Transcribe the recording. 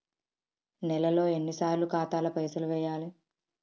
నెలలో ఎన్నిసార్లు ఖాతాల పైసలు వెయ్యాలి?